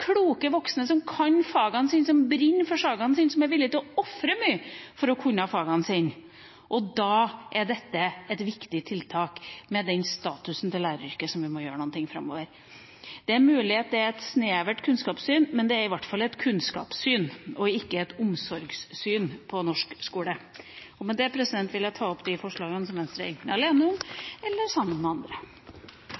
kloke voksne rundt seg, kloke voksne som kan fagene sine, som brenner for fagene sine, og som er villige til å ofre mye for å kunne fagene sine. Da er dette et viktig tiltak med hensyn til statusen til læreryrket, som vi må gjøre noe med framover. Det er mulig at det er et snevert kunnskapssyn, men det er i hvert fall et kunnskapssyn og ikke et omsorgssyn på norsk skole. Med det vil jeg ta opp Venstres forslag. Representanten Trine Skei Grande har tatt opp de forslagene